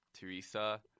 Teresa